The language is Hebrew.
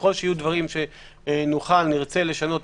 ככל שיהיו דברים שנוכל ונרצה לשנות,